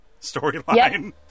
storyline